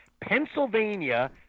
Pennsylvania